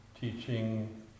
teaching